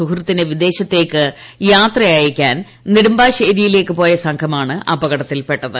സുഹൃത്തിനെ വിദേശത്തേക്ക് യാത്രയയ്ക്കാൻ നെടുമ്പാശ്ശേരിയിലേക്ക് പോയ സംഘമാണ് അപകടത്തിൽപ്പെട്ടത്